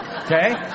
Okay